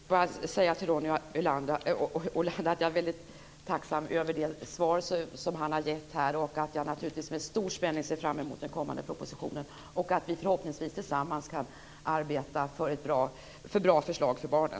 Fru talman! Jag vill bara säga till Ronny Olander att jag är mycket tacksam för det svar som han har gett. Jag ser naturligtvis med stor spänning fram emot den kommande propositionen och att vi förhoppningsvis tillsammans kan arbeta för bra förslag för barnen.